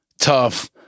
Tough